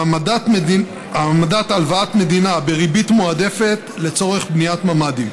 העמדת הלוואת מדינה בריבית מועדפת לצורך בניית ממ"דים,